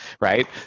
right